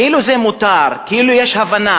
כאילו זה מותר, כאילו יש הבנה.